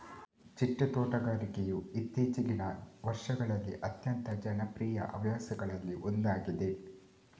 ಚಿಟ್ಟೆ ತೋಟಗಾರಿಕೆಯು ಇತ್ತೀಚಿಗಿನ ವರ್ಷಗಳಲ್ಲಿ ಅತ್ಯಂತ ಜನಪ್ರಿಯ ಹವ್ಯಾಸಗಳಲ್ಲಿ ಒಂದಾಗಿದೆ